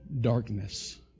darkness